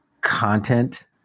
content